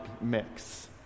mix